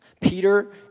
Peter